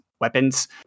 weapons